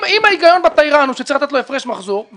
אם ההיגיון בתיירן הוא שצריך לתת לו הפרש מחזור,